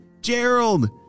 Gerald